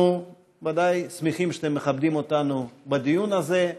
אנחנו ודאי שמחים שאתם מכבדים אותנו בדיון הזה.